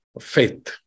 faith